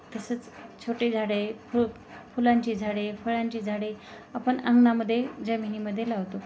तसंच छोटे झाडे फू फुलांची झाडे फळांची झाडे आपण अंगणामध्ये जमिनीमध्ये लावतो